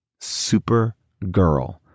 Supergirl